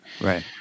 Right